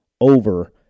over